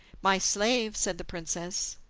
my slave, said the princess,